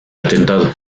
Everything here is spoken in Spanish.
atentado